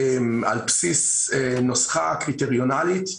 על בסיס נוסחה קריטריונאלית.